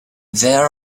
there